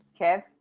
Kev